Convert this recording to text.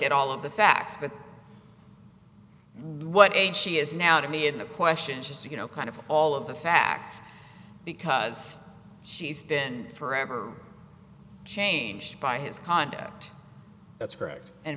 at all of the facts but what age she is now to me in the question just you know kind of all of the facts because she's been forever changed by his conduct that's